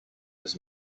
his